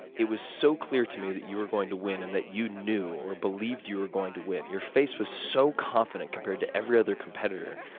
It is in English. it was so clear to me that you were going to win and that you knew or believed you were going to win. your face was so confident compared to every other competitor.